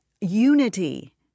unity